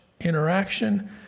interaction